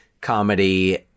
comedy